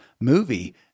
movie